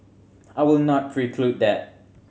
I will not preclude that